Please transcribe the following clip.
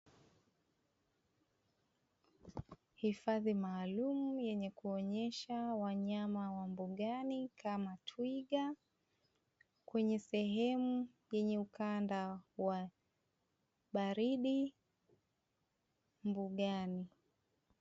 Hifadhi maalum yenye kuonyesha wanyama wa mbugani kama twiga kwenye sehemu yenye ukanda wa baridi, mbugani.